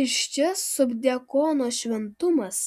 iš čia subdiakono šventumas